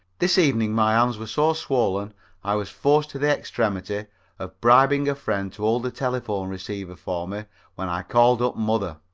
this evening my hands were so swollen i was forced to the extremity of bribing a friend to hold the telephone receiver for me when i called up mother.